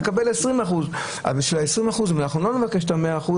נקבל 20%. אם לא נבקש 100%,